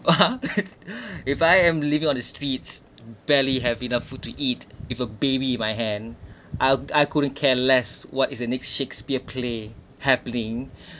if I am living on the streets barely have enough food to eat with a baby in my hand I'll I couldn't care less what is the next Shakespeare play happening